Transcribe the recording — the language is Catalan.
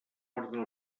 ordre